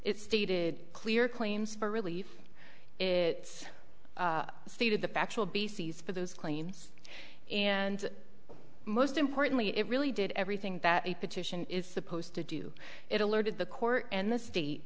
it stated clear claims for relief it stated the factual basis for those claims and most importantly it really did everything that a petition is supposed to do it alerted the court and the state